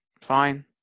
fine